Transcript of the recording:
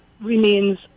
remains